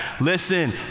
Listen